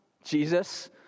Jesus